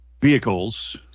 vehicles